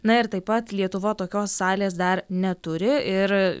na ir taip pat lietuva tokios salės dar neturi ir